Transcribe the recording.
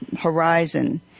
horizon